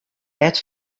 net